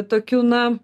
tokiu na